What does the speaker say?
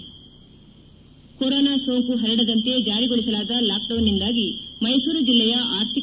ಪ್ರದೇಶಸಮಾಚಾರ corona ಸೋಂಕು ಹರಡದಂತೆ ಜಾರಿಗೊಳಿಸಲಾದ ಲಾಕ್ಡೌನ್ನಿಂದಾಗಿ ಮೈಸೂರು ಜಿಲ್ಲೆಯ ಆರ್ಥಿಕ